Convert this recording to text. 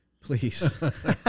Please